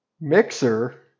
Mixer